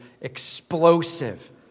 explosive